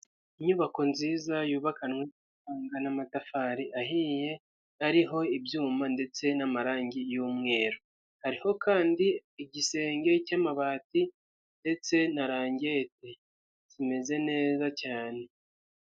Inyubako nziza yubakanywe n'amatafari ahiye, ariho ibyuma ndetse n'amarangi, y'umweru hariho kandi igisenge cy'amabati ndetse na rangete, kimeze neza cyane.